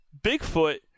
Bigfoot